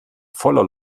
voller